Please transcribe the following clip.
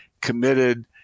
committed